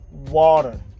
Water